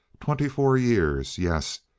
twenty-four years! yes,